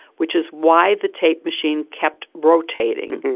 which is why the tape machine kept rotating.